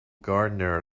gardener